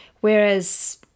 Whereas